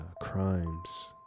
crimes